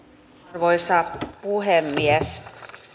arvoisa puhemies